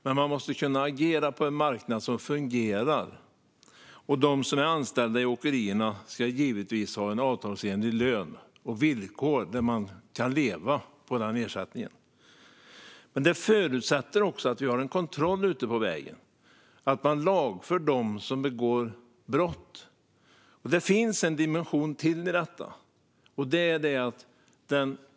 De måste kunna agera på en marknad som fungerar, och de som är anställda på åkerierna ska givetvis ha avtalsenlig lön och avtalsenliga villkor, så att de kan leva på den ersättning de får. Det förutsätter också att man har kontroll ute på vägarna och att man lagför dem som begår brott. Det finns nämligen en dimension till.